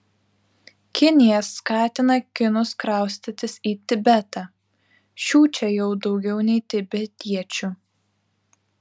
kinija skatina kinus kraustytis į tibetą šių čia jau daugiau nei tibetiečių